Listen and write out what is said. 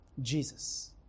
Jesus